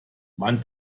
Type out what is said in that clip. man